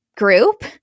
Group